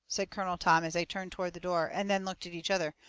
said colonel tom, as they turned toward the door, and then looked at each other.